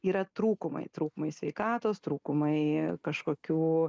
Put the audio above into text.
yra trūkumai trūkumai sveikatos trūkumai kažkokių